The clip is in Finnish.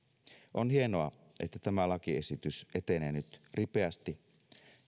on hienoa että tämä lakiesitys etenee nyt ripeästi